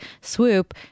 swoop